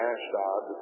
Ashdod